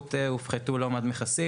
החקלאות הופחתו לא מעט מכסים,